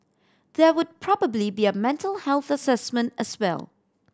there would probably be a mental health assessment as well